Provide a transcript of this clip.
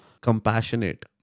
compassionate